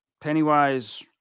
Pennywise